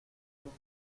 rubia